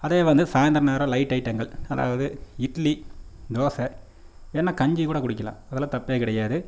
அதே வந்து சாயந்தரம் நேரம் லைட் ஐட்டங்கள் அதாவது இட்லி தோசை வேணா கஞ்சி கூட குடிக்கலாம் அதில் தப்பே கிடயாது